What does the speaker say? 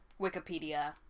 Wikipedia